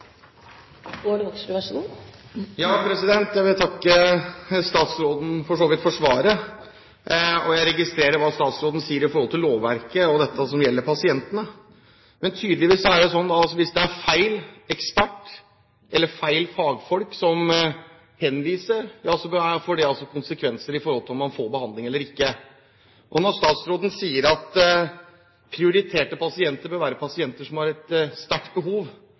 så vidt takke statsråden for svaret. Jeg registrerer hva statsråden sier om lovverket og om det som gjelder pasientene. Men tydeligvis er det sånn at hvis det er feil ekspert eller feil fagfolk som henviser, får det konsekvenser for om man får behandling eller ikke. Statsråden sier at prioriterte pasienter bør være pasienter som har et sterkt behov.